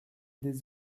des